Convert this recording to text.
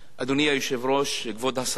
אדוני היושב-ראש, כבוד השר,